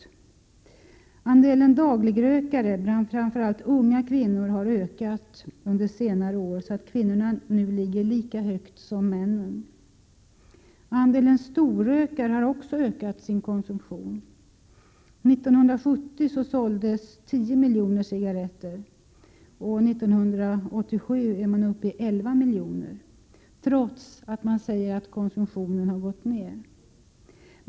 e Andelen dagligrökare bland framför allt unga kvinnor har ökat under senare år så att kvinnornas andel nu ligger lika högt som männens. e Storrökarna har också ökat sin konsumtion. År 1970 såldes 10 miljoner cigaretter, och år 1987 var man uppe i 11 miljoner, trots att man säger att konsumtionen har gått ned.